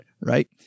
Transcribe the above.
right